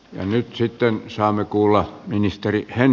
nyt syytteen saamme kuulla ministeri hän